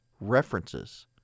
references